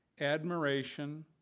admiration